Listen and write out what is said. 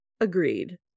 Agreed